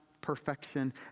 perfection